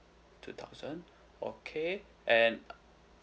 two thousand okay and